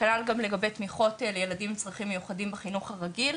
וכנ"ל גם לגבי תמיכות לילדים עם צרכים מיוחדים בחינוך הרגיל.